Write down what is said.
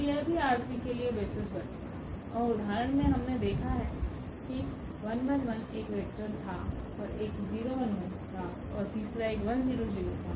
तो यह भी R3 के लिए बेसिस बनेगा और उदाहरण में हमने देखा है की एक वेक्टर था और एक था और तीसरा एक था